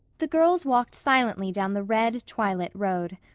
the girls walked silently down the red, twilit road.